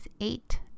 eight